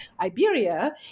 Iberia